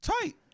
tight